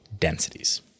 densities